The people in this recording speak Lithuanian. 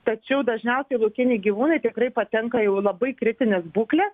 tačiau dažniausiai laukiniai gyvūnai tikrai patenka jau labai kritinės būklės